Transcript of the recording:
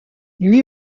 lui